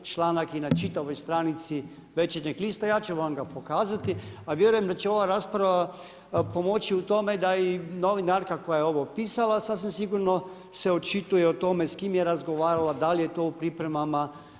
Članak je na čitavoj stranici Večernjeg lista, ja ću vam ga pokazati, a vjerujem da će ova rasprava pomoći u tome da i novinarka koja je ovo pisala sasvim sigurno se očituje o tome s kim je razgovarala, da li je to u pripremama.